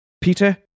Peter